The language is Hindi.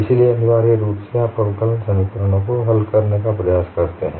इसलिए अनिवार्य रूप से आप अवकलन समीकरणों को हल करने का प्रयास करते हैं